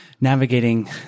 navigating